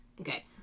Okay